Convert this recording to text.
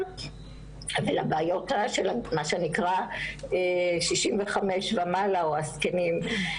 ולבעיות של מה שנקרא "65 ומעלה" או "הזקנים".